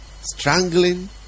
strangling